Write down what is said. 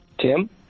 Tim